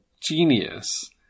genius